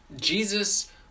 Jesus